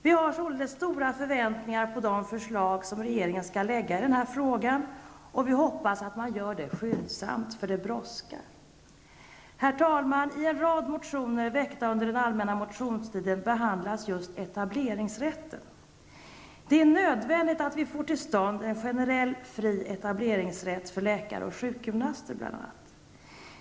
Vi har således stora förväntningar på de förslag som regeringen skall lägga fram i den här frågan, och vi hoppas att man gör det skyndsamt, eftersom det brådskar. Herr talman! I en rad motioner väckta under den allmänna motionstiden behandlas just etableringsrätten. Det är nödvändigt att vi får till stånd en generell fri etableringsrätt för bl.a. läkare och sjukgymnaster.